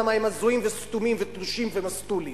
למה הם הזויים וסתומים ותלושים ומסטולים,